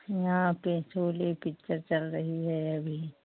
यहाँ पर शोले पिक्चर चल रही है अभी